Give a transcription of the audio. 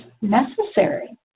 necessary